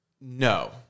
No